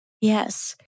Yes